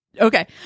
okay